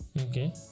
Okay